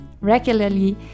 regularly